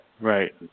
right